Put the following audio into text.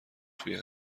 توی